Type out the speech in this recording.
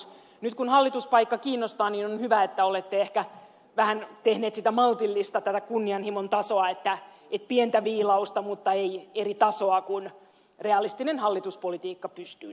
nyt kun hallituspaikka kiinnostaa niin on hyvä että olette ehkä vähän tehneet sitä maltillista kunnianhimon tasoa että pientä viilausta mutta ei eri tasoa kuin realistinen hallituspolitiikka pystyy tekemään